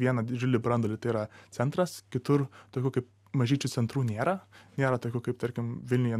vieną didelį branduolį tai yra centras kitur tokių kaip mažyčių centrų nėra nėra tokių kaip tarkim vilniuje